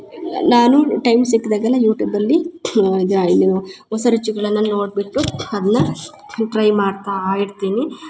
ನಾನು ಟೈಮ್ ಸಿಕ್ದಾಗೆಲ್ಲ ಯೂಟ್ಯೂಬಲ್ಲಿ ಇದೆ ಏನು ಹೊಸ ರುಚಿಗಳೆಲ್ಲ ನೋಡ್ಬಿಟ್ಟು ಅದನ್ನ ಟ್ರೈ ಮಾಡ್ತಾ ಇರ್ತೀನಿ